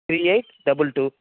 three eight double two